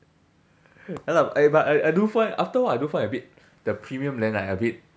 ya lah eh but I I do find after a while I do find a bit the premium lian like a bit